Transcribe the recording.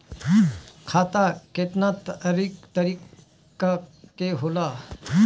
खाता केतना तरीका के होला?